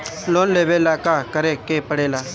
Loan लेबे ला का करे के पड़े ला?